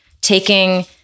taking